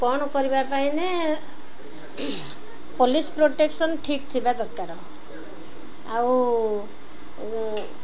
କଣ କରିବା ପାଇଁ ନା ପୋଲିସ ପ୍ରୋଟେକ୍ସନ ଠିକ୍ ଥିବା ଦରକାର ଆଉ